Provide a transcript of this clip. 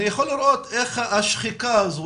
אני יכול לראות איך השחיקה הזו,